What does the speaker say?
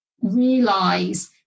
Realize